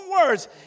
words